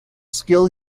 skill